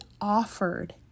offered